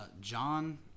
John